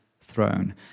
throne